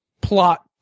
plot